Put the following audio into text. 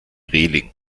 reling